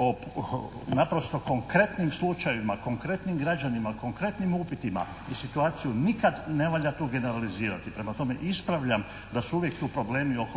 o naprosto konkretnim slučajevima, konkretnim građanima, konkretnim upitima i situaciju nikad ne valja tu generalizirati. Prema tome ispravljam da su uvijek tu problemi oko